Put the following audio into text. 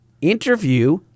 interview